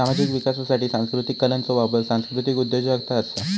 सामाजिक विकासासाठी सांस्कृतीक कलांचो वापर सांस्कृतीक उद्योजगता असा